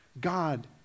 God